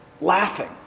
laughing